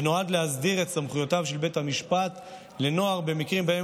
ונועד להסדיר את סמכויותיו של בית המשפט לנוער במקרים שבהם